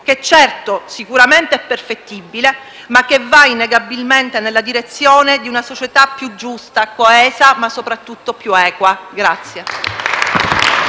che sicuramente è perfettibile, ma che va inevitabilmente nella direzione di una società più giusta, coesa, ma soprattutto più equa.